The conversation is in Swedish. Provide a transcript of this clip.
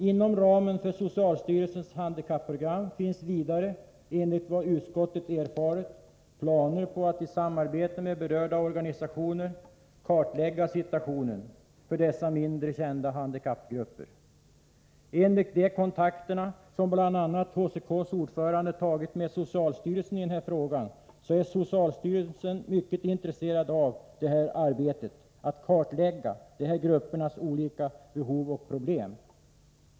Inom ramen för socialstyrelsens handikapprogram finns vidare, enligt vad utskottet erfarit, planer på att i samarbete med berörda organisationer kartlägga situationen för dessa mindre kända handikappgrupper. Enligt kontakter med socialstyrelsen som bl.a. ordföranden i Handikappförbundens centralkommitté har haft i denna fråga är socialstyrelsen mycket intresserad av arbetet att kartlägga gruppernas olika behov och problem.